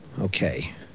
Okay